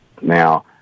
Now